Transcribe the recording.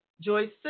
Joyce